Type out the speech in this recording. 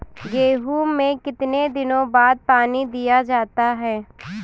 गेहूँ में कितने दिनों बाद पानी दिया जाता है?